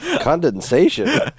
Condensation